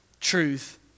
truth